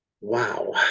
Wow